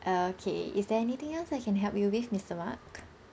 okay is there anything else I can help you with mister mark